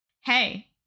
Hey